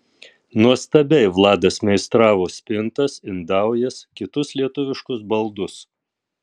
nuostabiai vladas meistravo spintas indaujas kitus lietuviškus baldus